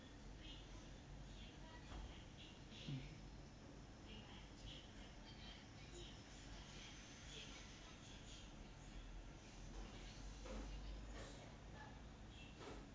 mm